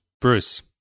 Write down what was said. Bruce